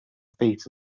feet